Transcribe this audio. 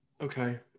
Okay